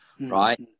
right